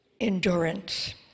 endurance